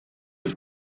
have